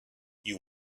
you